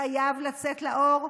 חייב לצאת לאור,